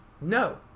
No